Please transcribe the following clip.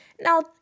Now